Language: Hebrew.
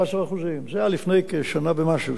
16%. זה היה לפני כשנה ומשהו,